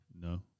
No